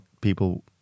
people